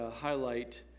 highlight